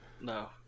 no